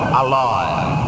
alive